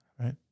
right